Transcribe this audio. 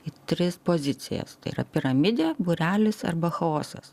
į tris pozicijas tai yra piramidė būrelis arba chaosas